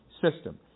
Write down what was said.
system